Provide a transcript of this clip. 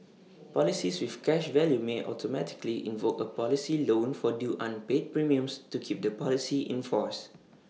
policies with cash value may automatically invoke A policy loan for due unpaid premiums to keep the policy in force